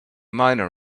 miner